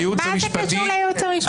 הייעוץ המשפטי.